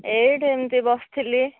ଏହିଠି ଏମିତି ବସିଥିଲି